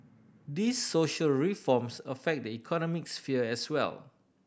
these social reforms affect the economic sphere as well